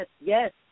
yes